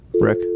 Rick